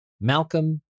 Malcolm